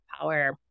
power